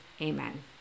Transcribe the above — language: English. amen